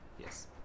yes